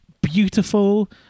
beautiful